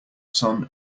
sun